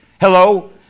Hello